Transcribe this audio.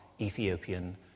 Ethiopian